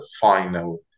final